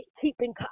keeping